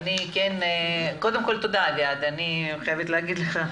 אני חייבת להגיד לך,